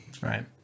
Right